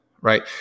right